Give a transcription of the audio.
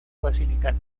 basilical